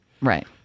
Right